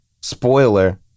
spoiler